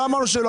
לא אמרנו שלא.